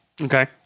Okay